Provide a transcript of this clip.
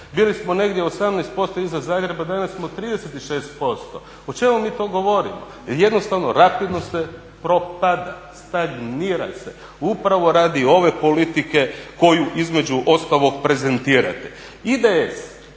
Bili smo negdje 18% iza Zagreba, danas smo 36%. O čemu mi to govorimo? Jednostavno rapidno se propada, stagnira se, upravo radi ove politike koju između ostalog prezentirate.